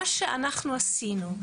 מה שאנחנו עשינו,